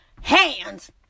hands